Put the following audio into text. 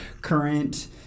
current